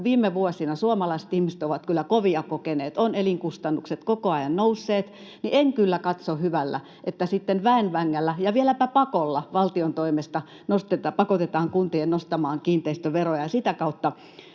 viime vuosina suomalaiset ihmiset ovat kyllä kovia kokeneet, elinkustannukset ovat koko ajan nousseet, en kyllä katso hyvällä, että sitten väen vängällä ja vieläpä pakolla valtion toimesta pakotetaan kuntia nostamaan kiinteistöveroja ja sitä kautta